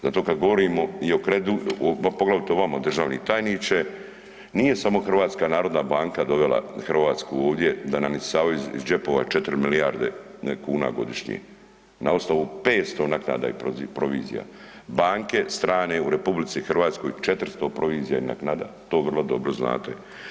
Zato kada govorimo, poglavito vama državni tajniče, nije samo HNB dovela Hrvatsku ovdje da nam isisavaju iz džepova 4 milijarde kuna godišnje na osnovu 500 naknada i provizija, banke strane u RH 400 provizija i naknada, to vrlo dobro znate.